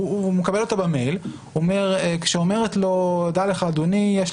הוא מקבל אותה במייל וההודעה אומרת לו שיש לו חוב